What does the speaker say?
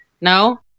No